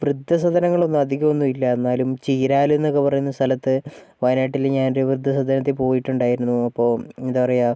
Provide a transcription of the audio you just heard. വൃദ്ധസദനങ്ങളൊന്നും അധികമൊന്നും ഇല്ല എന്നാലും ചീരാലും എന്നൊക്കെ പറയുന്ന സ്ഥലത്ത് വയനാട്ടിൽ ഞാനൊരു വൃദ്ധസദനത്തിൽ പോയിട്ടുണ്ടായിരുന്നു അപ്പോൾ എന്താ പറയുക